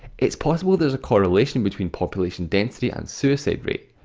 it's possible there is a correlation between population density and suicide rate.